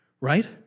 right